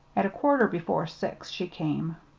at a quarter before six she came.